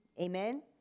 Amen